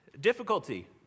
difficulty